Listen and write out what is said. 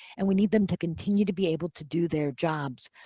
and we need them to continue to be able to do their jobs.